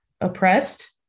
oppressed